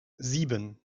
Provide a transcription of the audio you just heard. sieben